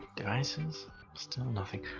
devices still nothing.